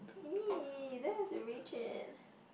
!ee! then I have to reach it